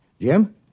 Jim